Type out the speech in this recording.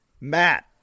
Matt